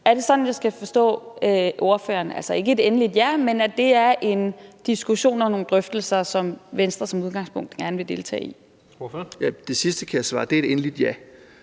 Er det sådan, jeg skal forstå ordføreren, altså at det ikke er et endeligt ja, men at det er en diskussion og nogle drøftelser, som Venstre som udgangspunkt gerne vil deltage i? Kl. 16:40 Tredje næstformand